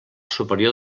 superior